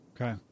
Okay